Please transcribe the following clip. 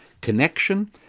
Connection